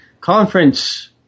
conference